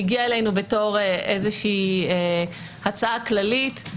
היא הגיעה אלינו בתור הצעה כללית.